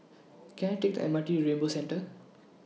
Can I Take The M R T Rainbow Centre